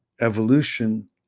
evolution